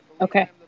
Okay